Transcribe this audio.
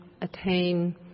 attain